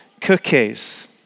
cookies